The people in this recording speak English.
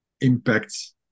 impacts